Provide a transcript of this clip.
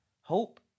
Hope